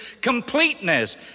completeness